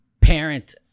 parent